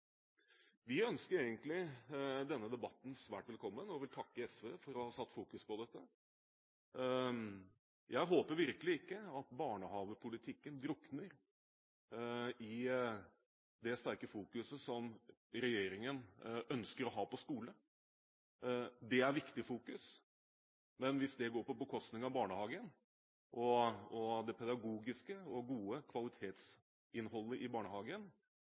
Vi ønsker egentlig denne debatten svært velkommen, og vil takke SV for å ha satt fokus på dette. Jeg håper virkelig ikke at barnehagepolitikken drukner i det sterke fokuset som regjeringen ønsker å ha på skole. Det er et viktig fokus, men hvis det går på bekostning av barnehagen og det pedagogiske og gode kvalitetsinnholdet i barnehagen,